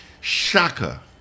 Shaka